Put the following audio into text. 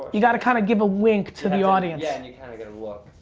you gotta kind of give a wink to the audience. yeah, and you kind of got a look,